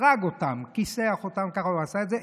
הרג אותם, כיסח אותם, ככה הוא עשה את זה.